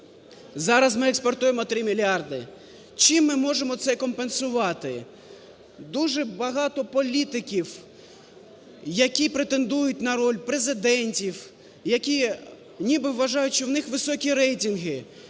Зараз ми експортуємо 3 мільярди. Чим ми можемо це компенсувати? Дуже багато політиків, які претендують на роль президентів, які ніби вважають, що в них високі рейтинги,